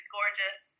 gorgeous